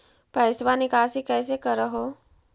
पैसवा निकासी कैसे कर हो?